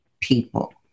people